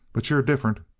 but you're different,